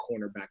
cornerback